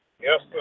Yes